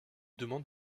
demande